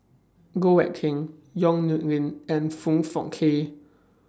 Goh Eck Kheng Yong Nyuk Lin and Foong Fook Kay